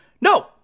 No